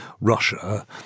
Russia